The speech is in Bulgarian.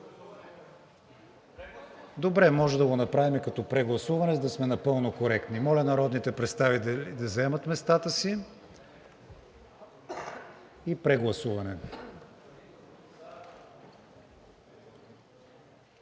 Добре, може да го направим и като прегласуване, за да сме напълно коректни. Моля народните представители да заемат местата си. Прегласуване.